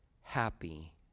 happy